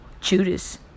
Judas